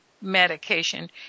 medication